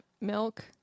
milk